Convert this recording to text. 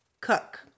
cook